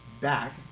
back